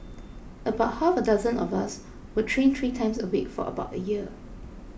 about half a dozen of us would train three times a week for about a year